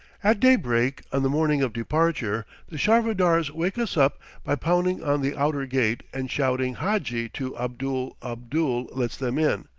at daybreak on the morning of departure the charvadars wake us up by pounding on the outer gate and shouting hadji to abdul abdul lets them in,